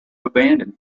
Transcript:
abandon